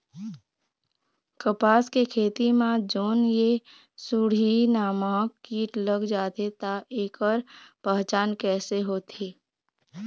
कपास के खेती मा जोन ये सुंडी नामक कीट लग जाथे ता ऐकर पहचान कैसे होथे?